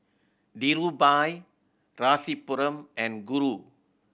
Dhirubhai Rasipuram and Guru